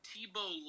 Tebow